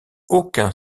aucun